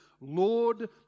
Lord